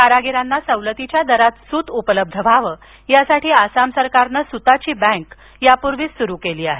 कारागिरांना सवलतीच्या दारात सूत उपलब्ध व्हावं यासाठी आसाम सरकारनं सुताची बँक यापूर्वीच सुरू केली आहे